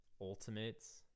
Ultimates